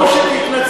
היה ראוי שתתנצל.